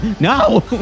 No